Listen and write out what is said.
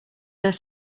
their